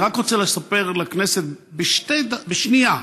אני רק רוצה לספר לכנסת, בשנייה,